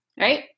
right